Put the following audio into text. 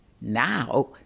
Now